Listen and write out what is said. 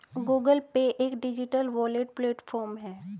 Google Pay एक digital wallet platform है